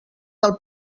del